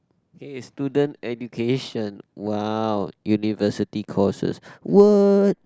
okay is student education !wow! university courses what